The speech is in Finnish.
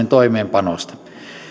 toimeenpanosta